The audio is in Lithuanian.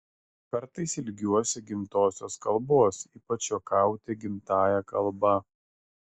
kartais ilgiuosi gimtosios kalbos ypač juokauti gimtąja kalba